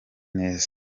neza